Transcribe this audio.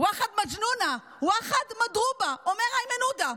ואחד מג'נונה, ואחד מדרובה, אומר איימן עודה.